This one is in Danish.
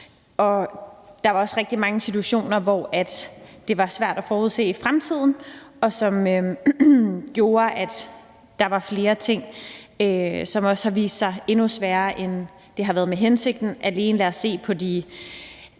Der var også rigtig mange situationer, hvor det var svært at forudsige, hvad der ville ske i fremtiden. Det gjorde, at der var flere ting, som har vist sig endnu sværere, end det har været hensigten, og her vil jeg nævne de